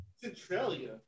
Centralia